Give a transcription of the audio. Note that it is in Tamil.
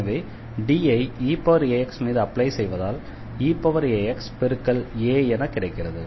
எனவே D ஐ eax மீது அப்ளை செய்வதால் eaxபெருக்கல் a என கிடைக்கிறது